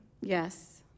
Yes